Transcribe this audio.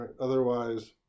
otherwise